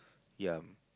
ya